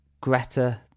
Greta